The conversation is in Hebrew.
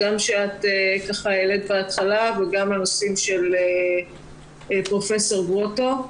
גם שאת העלית בהתחלה וגם לנושאים של פרופ' גרוטו.